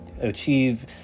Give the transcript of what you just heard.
achieve